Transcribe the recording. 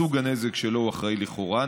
סוג הנזק שלו הוא אחראי לכאורה,